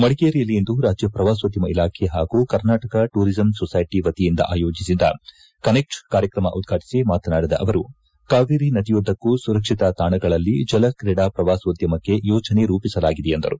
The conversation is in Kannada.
ಮಡಿಕೇರಿಯಲ್ಲಿಂದು ರಾಜ್ಯ ಪ್ರವಾಸೋದ್ಯಮ ಇಲಾಖೆ ಪಾಗೂ ಕರ್ನಾಟಕ ಟೂರಿಸಂ ಸೊಸೈಟಿ ವತಿಯಿಂದ ಆಯೋಜಿತ ಕನೆಕ್ಟ್ ಕಾರ್ಯಕ್ರಮ ಉದ್ಘಾಟಿಸಿ ಮಾತನಾಡಿದ ಅವರು ಕಾವೇರಿ ನದಿಯುದ್ದಕ್ಕೂ ಸುರಕ್ಷಿತ ತಾಣಗಳಲ್ಲಿ ಜಲಕ್ರೀಡಾ ಪ್ರವಾಸೋದ್ಯಮಕ್ಕ ಯೋಜನೆ ರೂಪಿಸಲಾಗಿದೆ ಎಂದರು